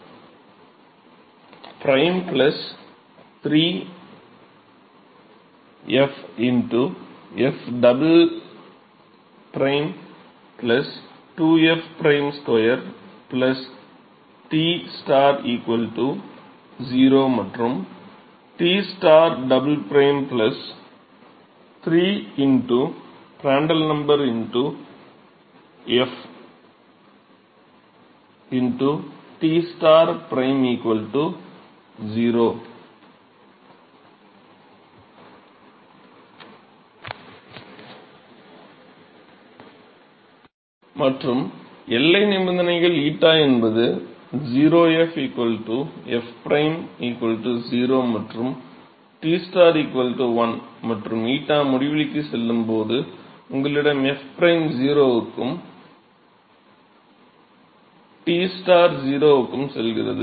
prime 3 f f " prime 2 f prime 2 t 0 மற்றும் t double prime 3 Pr f t prime 0 மற்றும் எல்லை நிபந்தனைகள் 𝞰 என்பது 0 f f ப்ரைம் 0 மற்றும் t 1 மற்றும் 𝞰 முடிவிலிக்கு செல்லும் போது உங்களிடம் f ப்ரைம் 0 க்கும் t 0க்கும் செல்கிறது